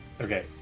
Okay